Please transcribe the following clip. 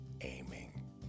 aiming